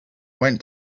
went